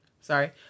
Sorry